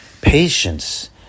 patience